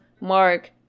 Mark